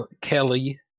Kelly